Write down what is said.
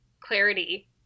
clarity